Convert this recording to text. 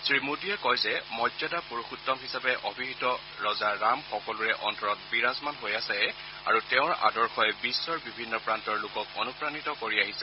শ্ৰীমোডীয়ে কয় যে মৰ্যাদা পুৰুষোত্তম হিচাপে অভিহিত ৰজা ৰাম সকলোৰে অন্তৰত বিৰাজমান হৈ আছে আৰু তেওঁৰ আদৰ্শই বিশ্বৰ বিভিন্ন প্ৰান্তৰ লোকক অনুপ্ৰাণিত কৰি আহিছে